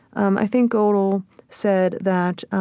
um i think godel said that